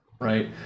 right